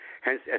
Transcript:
hence